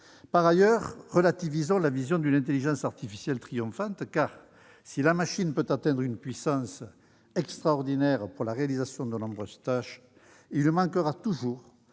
Par ailleurs, relativisons la vision d'une intelligence artificielle triomphante. En effet, si la machine peut atteindre une puissance extraordinaire pour la réalisation de nombreuses tâches, il lui manquera toujours